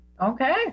okay